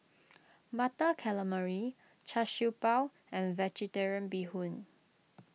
Butter Calamari Char Siew Bao and Vegetarian Bee Hoon